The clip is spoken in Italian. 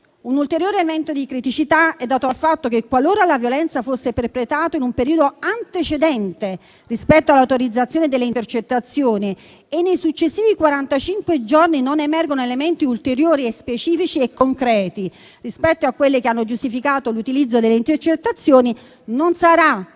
Un ulteriore elemento di criticità è dato dal fatto che, qualora la violenza fosse perpetrata in un periodo antecedente rispetto all'autorizzazione delle intercettazioni e nei successivi quarantacinque giorni non emergano elementi ulteriori, specifici e concreti rispetto a quelle che hanno giustificato l'utilizzo delle intercettazioni, non sarà